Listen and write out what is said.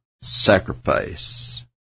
sacrifice